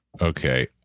Okay